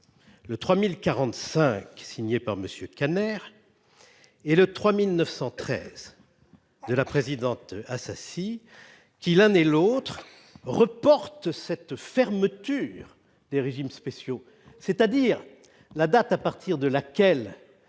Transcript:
Le 3045, signé par monsieur Kanner. Et le 3913. De la présidente Assassi qui l'un et l'autre reporte cette fermeture des régimes spéciaux, c'est-à-dire la date à partir de laquelle